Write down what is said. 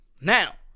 Now